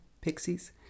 pixies